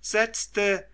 setzte